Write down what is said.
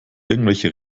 irgendwelche